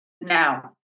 Now